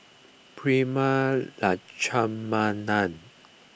Prema Letchumanan